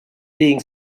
being